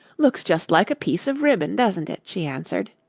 looks just like a piece of ribbon, doesn't it? she answered.